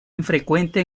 infrecuente